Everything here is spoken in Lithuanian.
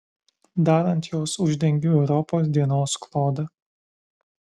dar ant jos uždengiu europos dienos klodą